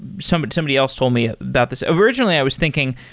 somebody somebody else told me ah about this. originally, i was thinking,